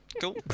Cool